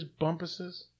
bumpuses